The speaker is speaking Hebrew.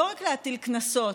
לא רק להטיל קנסות,